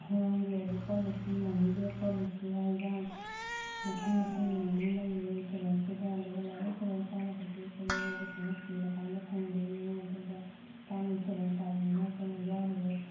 ꯑꯉꯥꯡꯒꯤ ꯑꯣꯏꯕ ꯄꯣꯂꯤꯁꯤ ꯃꯅꯤ ꯕꯦꯒ ꯄꯣꯂꯤꯁꯤ ꯍꯥꯏꯕ ꯃꯈꯟ ꯃꯈꯟ ꯃꯌꯥꯝ ꯂꯩꯌꯦ ꯏꯟꯁꯨꯔꯦꯟꯁꯁꯤꯗ ꯑꯗꯨꯒ ꯂꯥꯏꯐ ꯏꯟꯁꯨꯔꯦꯟꯁ ꯍꯥꯏꯔꯒꯗꯤ ꯑꯩꯈꯣꯏ ꯃꯤꯑꯣꯏꯕꯁꯤꯅ ꯁꯤꯔꯥ ꯀꯥꯟꯗ ꯐꯪꯗꯣꯏꯅꯦ ꯑꯗꯨꯒ ꯇꯥꯝ ꯏꯟꯁꯨꯔꯦꯟꯁ ꯍꯥꯏꯕꯁꯤꯅ ꯑꯩꯈꯣꯏꯅ ꯌꯥꯎꯔꯤꯕ